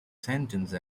sentence